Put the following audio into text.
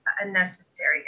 unnecessary